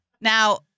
Now